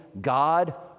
God